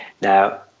Now